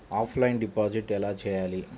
Offline deposit ఎలా చేయాలి?